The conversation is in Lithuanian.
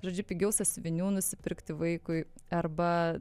žodžiu pigiau sąsiuvinių nusipirkti vaikui arba